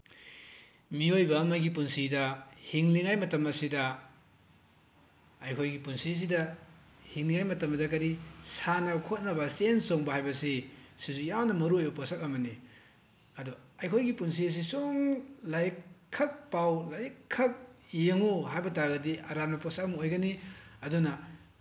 ꯃꯤꯑꯣꯏꯕ ꯑꯃꯒꯤ ꯄꯨꯟꯁꯤꯗ ꯍꯤꯡꯂꯤꯉꯩ ꯃꯇꯝ ꯑꯁꯤꯗ ꯑꯩꯈꯣꯏꯒꯤ ꯄꯨꯟꯁꯤꯁꯤꯗ ꯍꯤꯡꯂꯤꯉꯩ ꯃꯇꯝꯗꯨꯗ ꯀꯔꯤ ꯁꯥꯟꯅ ꯈꯣꯠꯅꯕ ꯆꯦꯟ ꯆꯣꯡꯕ ꯍꯥꯏꯕꯁꯤ ꯁꯤꯁꯨ ꯌꯥꯝꯅ ꯃꯔꯨꯑꯣꯏꯕ ꯄꯣꯠꯁꯛ ꯑꯃꯅꯤ ꯑꯗꯨ ꯑꯩꯈꯣꯏꯒꯤ ꯄꯨꯟꯁꯤꯁꯤ ꯁꯨꯝ ꯂꯥꯏꯔꯤꯛ ꯈꯛ ꯄꯥꯎ ꯂꯥꯏꯔꯤꯛ ꯈꯛ ꯌꯦꯡꯉꯨ ꯍꯥꯏꯕ ꯇꯥꯔꯗꯤ ꯑꯔꯥꯟꯕ ꯄꯣꯠꯁꯛ ꯑꯃ ꯑꯣꯏꯒꯅꯤ ꯑꯗꯨꯅ